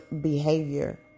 behavior